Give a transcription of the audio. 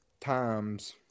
times